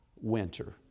winter